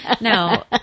no